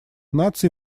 наций